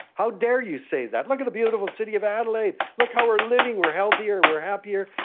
how dare you say that! look at the beautiful city of adelaide, look how we're living, we're healthier, we're happier.